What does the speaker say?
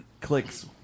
clicks